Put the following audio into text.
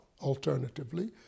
alternatively